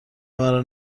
مرا